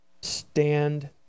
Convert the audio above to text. Stand